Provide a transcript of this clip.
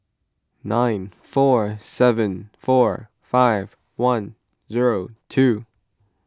nine four seven four five one zero two